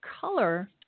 color